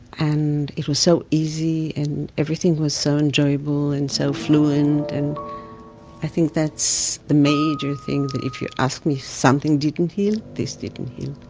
and it was so easy, and everything was so enjoyable, and so fluent. and i think that's the major thing that if you ask me something didn't heal, this didn't heal.